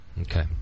Okay